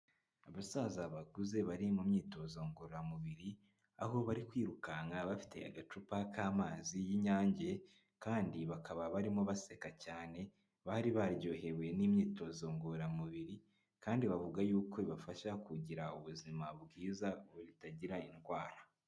Abasaza bakuze bari mu myitozo ngororamubiri, aho bari kwirukanka bafite agacupa k'amazi y'Inyange kandi bakaba barimo baseka cyane, bari baryohewe n'imyitozo ngororamubiri kandi bavuga yuko bibafasha kugira ubuzima bwiza butagira indwara.